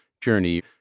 journey